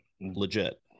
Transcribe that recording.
legit